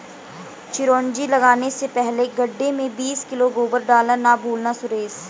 चिरौंजी लगाने से पहले गड्ढे में बीस किलो गोबर डालना ना भूलना सुरेश